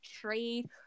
trade